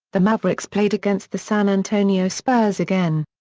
the mavericks played against the san antonio spurs again.